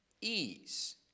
ease